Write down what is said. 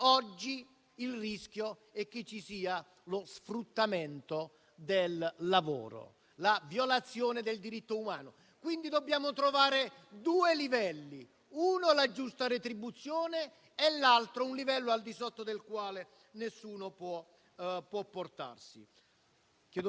che ha visto correttamente l'investimento e l'attenzione per una coesione territoriale per le aree del Sud deve essere attivato per le aree metropolitane e per le zone in difficoltà, perché non sono sufficienti le lucine di Natale per attivare le aree di crisi